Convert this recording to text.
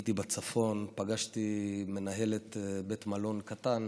הייתי בצפון, פגשתי מנהלת בית מלון קטן